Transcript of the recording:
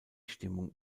stimmung